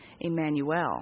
Emmanuel